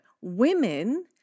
Women